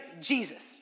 Jesus